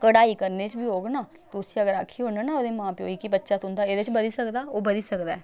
कढ़ाई करने च बी होग ना तुस उस अगर आक्खी ओड़ ना ओह्दे मां प्यो गी बच्चा तुं'दा एह्दे च बधी सकदा ओह् बधी सकदा ऐ